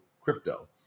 crypto